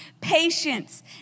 patience